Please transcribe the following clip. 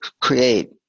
create